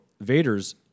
Vader's